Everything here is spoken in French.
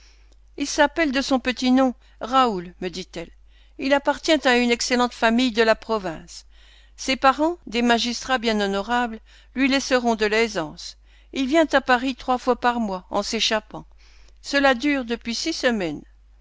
il s'appelle de son petit nom raoul me dit-elle il appartient à une excellente famille de la province ses parents des magistrats bien honorables lui laisseront de l'aisance il vient à paris trois fois par mois en s'échappant cela dure depuis six semaines